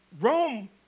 Rome